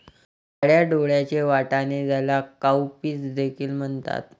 काळ्या डोळ्यांचे वाटाणे, ज्याला काउपीस देखील म्हणतात